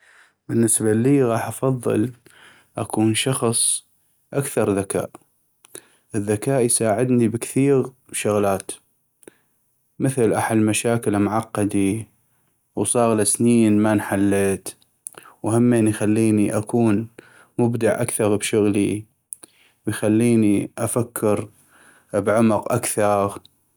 بالنسبة اللي غاح أفضل اكون شخص أكثر ذكاء ، الذكاء يساعدني بكثيغ شغلات مثل احل مشاكل معقدي وصاغلا سنين ما انحلت ، وهمين يخليني اكون مبدع اكثغ بشغلي ، ويخليني افكر بعمق اكثغ.